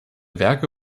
werke